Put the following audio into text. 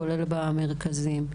כולל במרכזים,